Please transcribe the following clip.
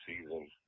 Season